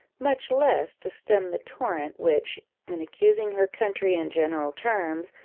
much less to stem the torrent which, in accusing her country in general terms,